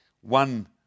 one